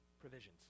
provisions